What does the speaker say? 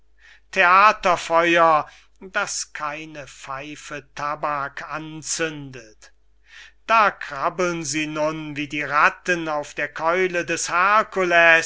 theaterfeuer das keine pfeife tabak anzündet da krabbeln sie nun wie die ratten auf der keule des